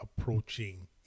approaching